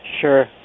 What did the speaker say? Sure